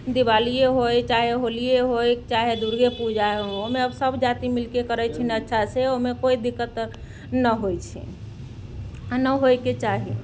दिवालिये होय चाहे होलिये होय चाहे दुर्गे पूजा हो ओहिमे सब जाति मिलके करैत छै अच्छा से ओहिमे कोइ दिक्कत नहि होइत छै आ नहि होयके चाही